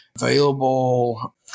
available